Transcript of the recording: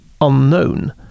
unknown